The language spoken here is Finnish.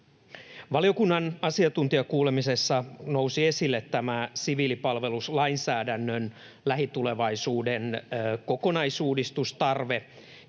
Valiokunnan asiantuntijakuulemisessa nousi esille siviilipalveluslainsäädännön lähitulevaisuuden kokonaisuudistustarve,